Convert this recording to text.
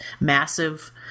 massive